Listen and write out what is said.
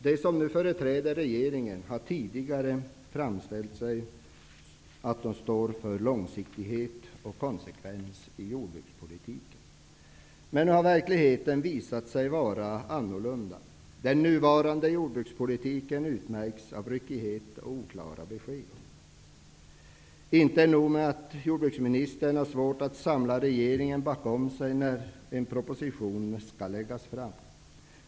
De som nu företräder regeringen har tidigare framställt sig stå för långsiktighet och konsekvens i jordbrukspolitiken. Men verkligheten har visat sig vara annorlunda. Den nuvarande jordbrukspolitiken utmärks av ryckighet och oklara besked. Det är inte nog med att jordbruksministern har svårt att samla regeringen bakom sig när en proposition skall läggas fram.